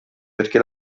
perché